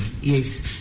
Yes